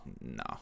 no